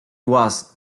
was